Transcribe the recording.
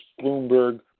Bloomberg